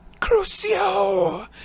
Crucio